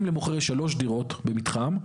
אם למוכר יש שלוש דירות במתחם,